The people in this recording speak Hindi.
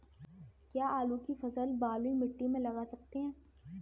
क्या आलू की फसल बलुई मिट्टी में लगा सकते हैं?